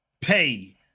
Pay